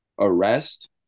arrest